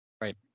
Right